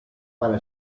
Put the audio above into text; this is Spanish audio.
para